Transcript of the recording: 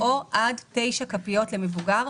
או עד תשע כפיות למבוגר.